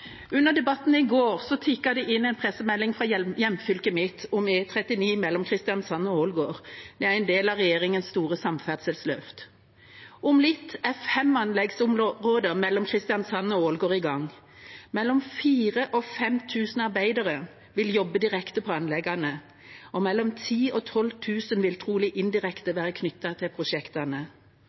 Under debatten i går tikket det inn en pressemelding fra hjemfylket mitt om E39 mellom Kristiansand og Ålgård. Det er en del av regjeringas store samferdselsløft. Om litt er fem anleggsområder mellom Kristiansand og Ålgård i gang. 4 000–5 000 arbeidere vil jobbe direkte på anleggene, og 10 000–12 000 vil trolig være indirekte knyttet til prosjektene.